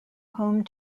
home